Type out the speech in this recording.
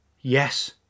yes